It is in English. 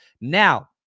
Now